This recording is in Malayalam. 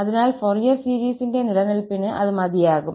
അതിനാൽ ഫൊറിയർ സീരീസിന്റെ നിലനിൽപ്പിന് അത് മതിയാകും